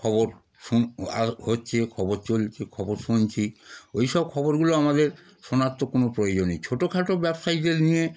খবর শুন আর হচ্ছে খবর চলছে খবর শুনছি ওই সব খবরগুলো আমাদের শোনার তো কোনো প্রয়োজন নেই ছোটখাটো ব্যবসায়ীদের নিয়ে